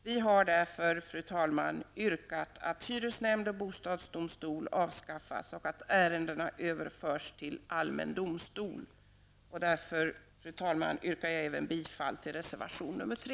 Vi har därför, fru talman, yrkat att hyresnämnd och bostadsdomstol skall avskaffas och att ärendena skall överföras till allmän domstol. Fru talman! Jag yrkar bifall till reservation 3.